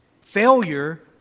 Failure